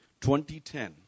2010